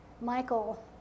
Michael